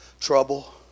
trouble